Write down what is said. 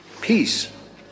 peace